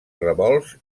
revolts